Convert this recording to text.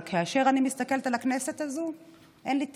אבל כאשר אני מסתכלת על הכנסת הזאת אין לי תקווה,